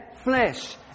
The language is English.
flesh